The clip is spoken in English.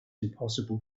impossible